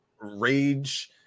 rage